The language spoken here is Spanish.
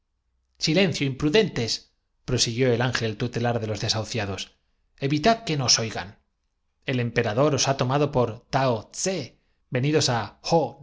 silencio imprudentesprosiguió el ángel tutelar acto continuo la nueva emperatriz debía dirigirse al de los desahuciados evitad que nos oigan el empe yamen á compartir el trono con el soberano rador os ha tomado por tao ssé venidos á